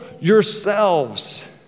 yourselves